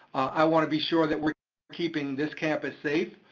i want to be sure that we're keeping this campus safe,